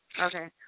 Okay